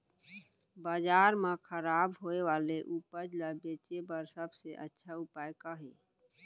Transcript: बाजार मा खराब होय वाले उपज ला बेचे बर सबसे अच्छा उपाय का हे?